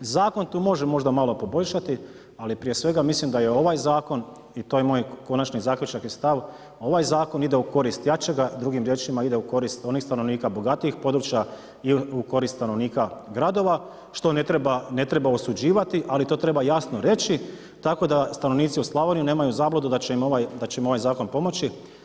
Zakon tu može možda malo poboljšati ali prije svega mislim da je ovaj zakon i to je moj konačni zaključak i stav, ovaj zakon ide u korist jačega, drugim riječima ide u korist onih stanovnika, bogatijih područja i u korist stanovnika gradova što ne treba osuđivati ali to treba jasno reći tako da stanovnici u Slavoniji nemaju zabludu da će im ovaj zakon pomoći.